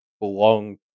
belong